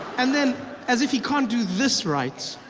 and then as if he can't do this right,